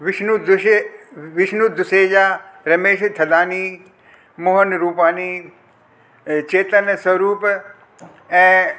विष्णु दुशे विष्णु दुसेजा रमेश थदानी मोहन रुपानी चेतन स्वरुप ऐं